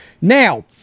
Now